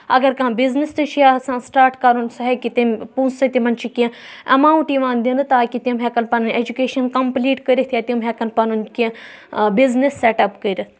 اَگر کانٛہہ بِزنِس تہِ چھُ یَژھان سٹاٹ کَرُن سُہ ہؠکہِ تِم پونسہٕ سۭتۍ تِمَن چھُ کینٛہہ اؠماوُنٹ یِوان دِنہٕ تاکہِ تِم ہؠکَن پَنٕنۍ اؠجُکیشَن کَمپٕلیٖٹ کٔرِتھ یا تِم ہؠکَن پَنُن کہنٛہہ بِزنِس سؠٹ اَپ کٔرِتھ